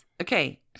Okay